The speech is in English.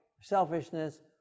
selfishness